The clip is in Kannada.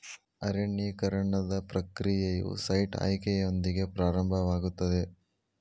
ಅರಣ್ಯೇಕರಣದ ಪ್ರಕ್ರಿಯೆಯು ಸೈಟ್ ಆಯ್ಕೆಯೊಂದಿಗೆ ಪ್ರಾರಂಭವಾಗುತ್ತದೆ